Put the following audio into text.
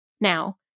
now